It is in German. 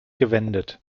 gewendet